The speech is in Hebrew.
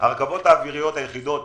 הרכבות האוויריות היחידות